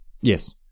Yes